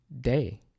day